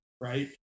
right